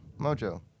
Mojo